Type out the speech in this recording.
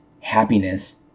happiness